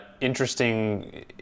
interesting